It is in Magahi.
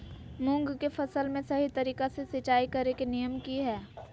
मूंग के फसल में सही तरीका से सिंचाई करें के नियम की हय?